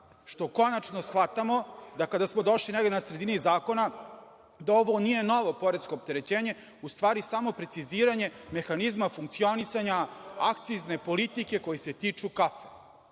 što konačno shvatamo da kada smo došli negde na sredini zakona, da ovo nije novo poresko opterećenje, u stvari samo preciziranje mehanizma funkcionisanja akcizne politike koji se tiču kafe.